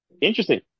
interesting